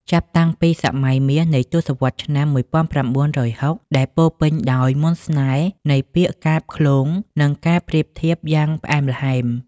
ចាប់តាំងពីសម័យមាសនៃទសវត្សរ៍ឆ្នាំ ១៩៦០ ដែលពោរពេញដោយមន្តស្នេហ៍នៃពាក្យកាព្យឃ្លោង និងការប្រៀបធៀបយ៉ាងផ្អែមល្ហែម ។